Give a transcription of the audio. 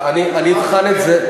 אני אבחן את זה.